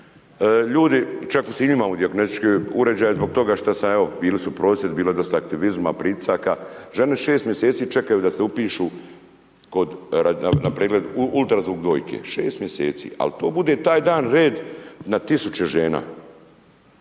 Ljudi, čak u Sinju imamo dijagnostički uređaj zbog toga što sam, evo bili su prosvjedi, bilo je dosta aktivizma, pritisaka. Žene 6 mjeseci čekaju da se upišu na pregled, UZV dojke, 6 mjeseci. Ali to bude taj dan red na tisuće žena,